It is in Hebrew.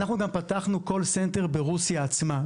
אנחנו גם פתחנו Call Center ברוסיה עצמה.